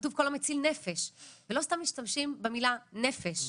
כתוב כל המציל נפש ולא סתם משתמשים במילה נפש,